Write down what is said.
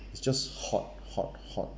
it's just hot hot hot